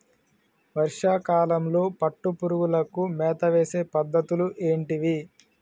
వర్షా కాలంలో పట్టు పురుగులకు మేత వేసే పద్ధతులు ఏంటివి?